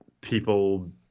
people